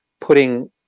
putting